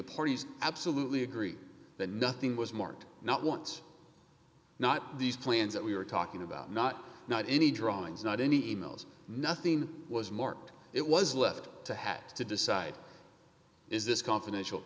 parties absolutely agree that nothing was marked not once not these plans that we were talking about not not any drawings not any e mails nothing was marked it was left to have to decide is this confidential